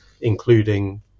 including